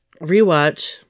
rewatch